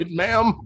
ma'am